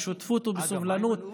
בשותפות ובסובלנות,